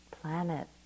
planet